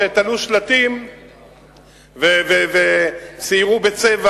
שתלו שלטים וציירו בצבע